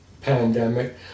pandemic